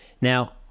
Now